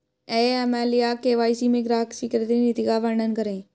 AML या KYC में ग्राहक स्वीकृति नीति का वर्णन करें?